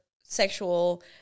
sexual